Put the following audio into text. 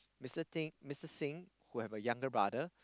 Mr Sing Mr Thin who have a younger brother